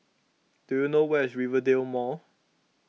do you know where is Rivervale Mall